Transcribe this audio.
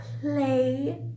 play